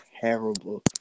terrible